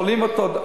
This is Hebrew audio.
שואלים אותו,